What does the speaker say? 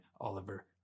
Oliver